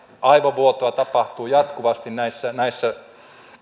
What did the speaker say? aivovuotoa tapahtuu jatkuvasti näissä näissä